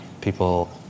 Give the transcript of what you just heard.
people